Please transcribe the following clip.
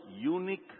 unique